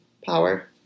power